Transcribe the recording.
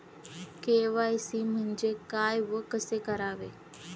KYC म्हणजे काय व कसे करावे?